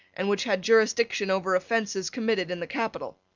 and which had jurisdiction over offences committed in the capital.